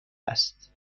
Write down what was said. است